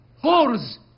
Horse